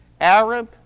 Arab